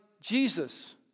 Jesus